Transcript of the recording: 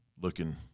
looking